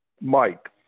Mike